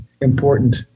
important